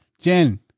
Jen